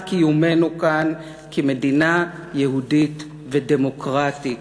קיומנו כאן כמדינה יהודית ודמוקרטית.